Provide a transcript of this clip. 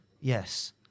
Yes